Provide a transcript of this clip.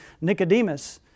Nicodemus